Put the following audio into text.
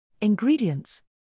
Ingredients